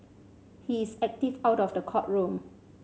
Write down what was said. he is active out of the courtroom